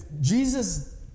Jesus